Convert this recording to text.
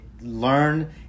learn